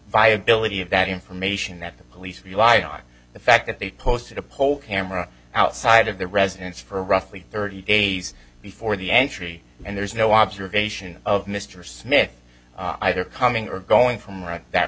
viability of that information that the police rely on the fact that they posted a poll camera outside of the residence for roughly thirty days before the entry and there's no observation of mr smith either coming or going from right that